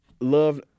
Love